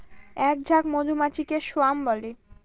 এক ঝাঁক মধুমাছিকে স্বোয়াম বলে